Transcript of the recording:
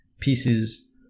pieces